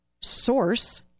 source